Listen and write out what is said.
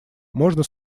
можно